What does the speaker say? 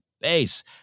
base